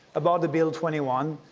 about the bill twenty one,